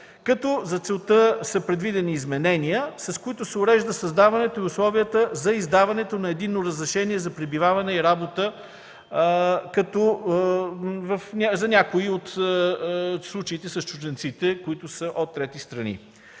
За целта са предвидени изменения, с които се урежда създаването и условията за издаване на единно разрешение за пребиваване и работа за някои чужденци от трети страни.